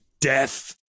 death